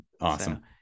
awesome